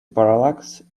parallax